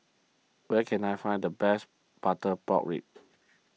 where can I find the best Butter Pork Ribs